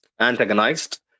antagonized